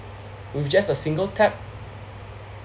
with just a single tap